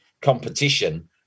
competition